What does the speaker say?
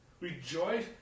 Rejoice